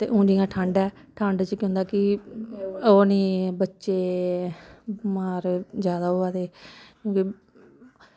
ते हून जि'यां ठण्ड ऐ ठण्ड च केह् होंदा कि ओह् नी बच्चे बमार जैदा होआ दे